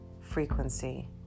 frequency